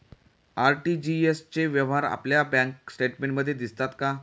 RTGS चे व्यवहार आपल्या बँक स्टेटमेंटमध्ये दिसतात का?